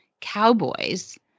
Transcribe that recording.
cowboys